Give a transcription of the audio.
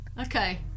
Okay